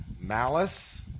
malice